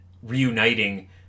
reuniting